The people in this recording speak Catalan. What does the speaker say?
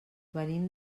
venim